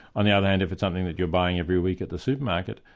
on the other hand, if it's something that you're buying every week at the supermarket,